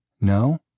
no